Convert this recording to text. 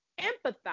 empathize